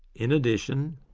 in addition,